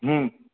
હમ